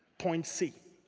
point c.